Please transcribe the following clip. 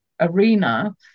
arena